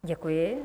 Děkuji.